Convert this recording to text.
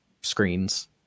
screens